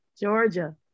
Georgia